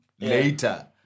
later